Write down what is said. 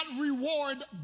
reward